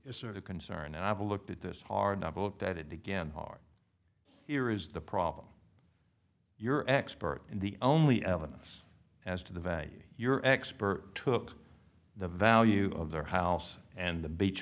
a sort of concern i've looked at this hard not to look at it again hard here is the problem you're expert in the only evidence as to the value your expert took the value of their house and the beach